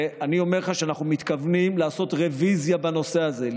ואני אומר לך שאנחנו מתכוונים לעשות רביזיה בנושא הזה,